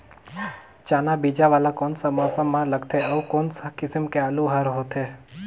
चाना बीजा वाला कोन सा मौसम म लगथे अउ कोन सा किसम के आलू हर होथे?